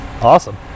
awesome